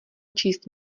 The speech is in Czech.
číst